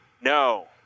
No